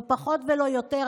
לא פחות ולא יותר,